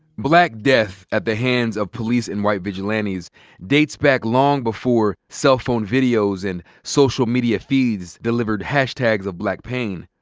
black death at the hands of police and white vigilantes dates back long before cell phone videos and social media feeds delivered hashtags of black pain.